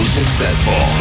successful